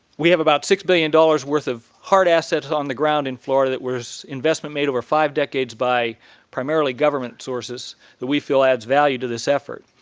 we have about six billion dollars worth of hard assets on the ground in florida that was an investment made over five decades by primarily government sources that we feel adds value to this effort.